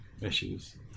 issues